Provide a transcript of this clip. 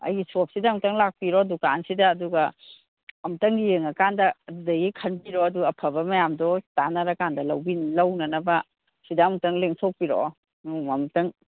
ꯑꯩꯒꯤ ꯁꯣꯞꯁꯤꯗ ꯑꯝꯇꯪ ꯂꯥꯛꯄꯤꯔꯣ ꯗꯨꯀꯥꯟꯁꯤꯗ ꯑꯗꯨꯒ ꯑꯝꯇꯪ ꯌꯦꯡꯉꯀꯥꯟꯗ ꯑꯗꯨꯗꯒꯤ ꯈꯟꯕꯤꯔꯣ ꯑꯗꯨꯒ ꯑꯐꯕ ꯃꯌꯥꯝꯗꯣ ꯇꯥꯟꯅꯔꯀꯥꯟꯗ ꯂꯧꯅꯅꯕ ꯁꯤꯗ ꯑꯝꯇꯪ ꯂꯦꯡꯊꯣꯛꯄꯤꯔꯛꯑꯣ ꯅꯣꯡꯃ ꯑꯃꯨꯛꯇꯪ